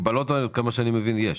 כי בלוטו, עד כמה שאני מבין, יש